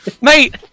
Mate